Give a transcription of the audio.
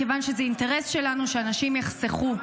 כיוון שזה אינטרס שלנו שאנשים יחסכו.